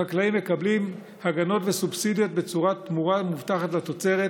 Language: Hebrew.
החקלאים מקבלים הגנות וסובסידיות בצורת תמורה מובטחת לתוצרת,